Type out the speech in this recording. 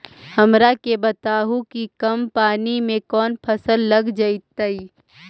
हमरा के बताहु कि कम पानी में कौन फसल लग जैतइ?